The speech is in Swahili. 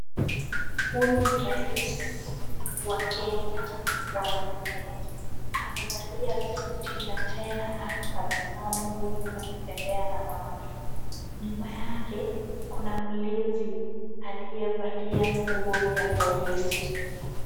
Huyu ni rais wa Kenya wa nne. Amevalia suti na tena anatabasamu huku akitembea na watu. Nyuma yake kuna mlinzi aliyevalia nguo ya polisi.